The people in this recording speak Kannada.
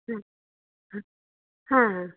ಹಾಂ ಹಾಂ ಹಾಂ